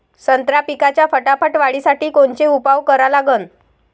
संत्रा पिकाच्या फटाफट वाढीसाठी कोनचे उपाव करा लागन?